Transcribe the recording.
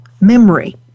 memory